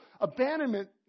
abandonment